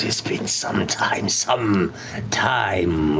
has been some time, some time.